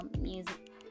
music